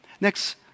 Next